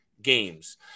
games